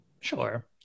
Sure